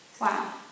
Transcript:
wow